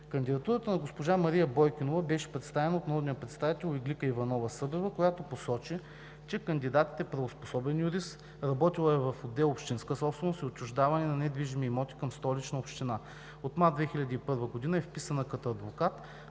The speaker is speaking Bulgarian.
Кандидатурата на госпожа Мария Бойкинова беше представена от народния представител Иглика Иванова-Събева, която посочи, че кандидатът е правоспособен юрист, работила е в отдел „Общинска собственост“ и „Отчуждаване на недвижими имоти“ към Столична община. От март 2001 г. е вписана като адвокат,